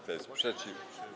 Kto jest przeciw?